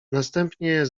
następnie